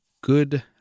good